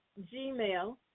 gmail